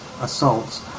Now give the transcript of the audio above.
assaults